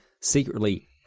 secretly